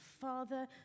Father